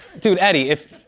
dude, eddie, if